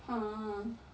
!huh!